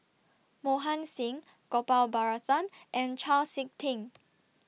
Mohan Singh Gopal Baratham and Chau Sik Ting